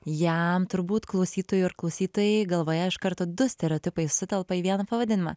jam turbūt klausytojui ir klausytojai galvoje iš karto du stereotipai sutelpa į vieną pavadinimą